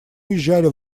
уезжали